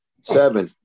Seven